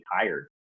tired